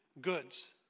goods